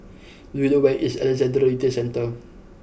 do you know where is Alexandra Retail Centre